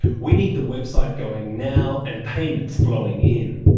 we need the website going now and payments flowing in.